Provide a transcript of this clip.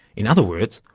in other words,